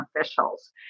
officials